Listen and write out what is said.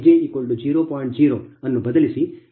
0 ಅನ್ನು ಬದಲಿಸಿ